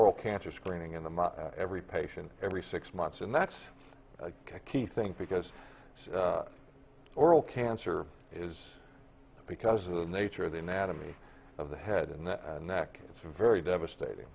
oral cancer screening in the mouth every patient every six months and that's a key thing because oral cancer is because of the nature of the anatomy of the head and neck it's very devastating